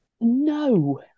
No